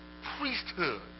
Priesthood